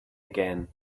again